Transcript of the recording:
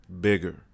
bigger